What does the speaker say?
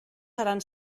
seran